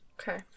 Okay